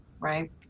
right